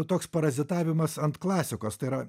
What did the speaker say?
toks parazitavimas ant klasikos tai yra